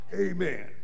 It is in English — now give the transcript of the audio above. Amen